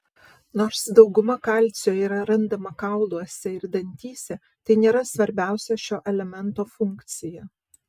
nors dauguma kalcio yra randama kauluose ir dantyse tai nėra svarbiausia šio elemento funkcija